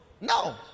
No